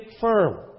firm